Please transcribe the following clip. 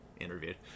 interviewed